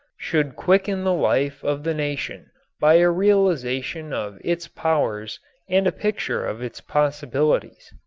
should quicken the life of the nation by a realization of its powers and a picture of its possibilities.